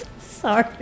Sorry